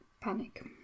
panic